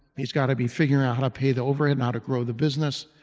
he's got to be figuring out how to pay the overhead, and how to grow the business.